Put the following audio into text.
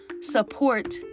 support